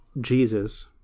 Jesus